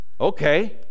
Okay